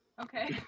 Okay